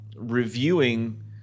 Reviewing